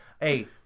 Hey